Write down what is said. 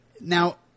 Now